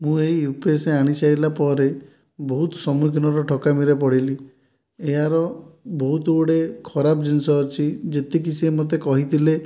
ମୁଁ ଏହି U P S ଆଣିସାରିଲା ପରେ ବହୁତ ସମ୍ମୁଖୀନର ଠକାମିରେ ପଡ଼ିଲି ଏହାର ବହୁତ ଗୁଡ଼ିଏ ଖରାପ ଜିନିଷ ଅଛି ଯେତିକି ସିଏ ମୋତେ କହିଥିଲେ